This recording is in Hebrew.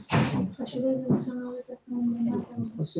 אני רוצה להסביר שבימים אלה בצל עבודה מאוד מאומצת שלנו למעלה מארבעה